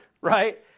right